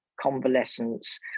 convalescence